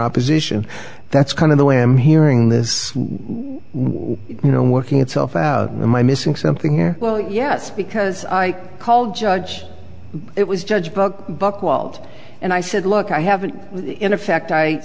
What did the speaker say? opposition that's come in the way i'm hearing this you know working itself out i missing something here well yes because i called judge it was judge book buchwald and i said look i have an in effect i